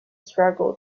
struggle